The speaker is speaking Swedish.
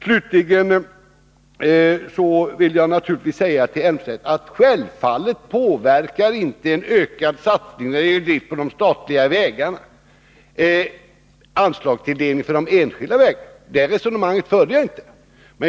Slutligen vill jag säga till Claes Elmstedt att det självfallet inte är så att en ökad satsning på driften av de statliga vägarna påverkar anslagstilldelningen för de enskilda vägarna. Det resonemanget förde jag inte.